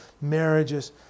marriages